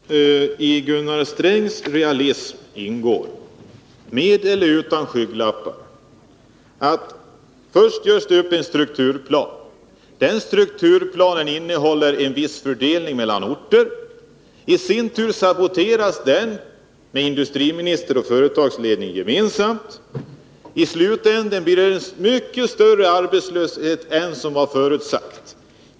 Herr talman! Gunnar Strängs realism — med eller utan skygglappar — ser ut så här: Först görs det upp en strukturplan. Den strukturplanen innehåller en viss fördelning mellan orter. Den saboteras av industriminister och företagsledning gemensamt. I slutändan blir resultatet en mycket större arbetslöshet än som var förutsatt.